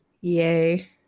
Yay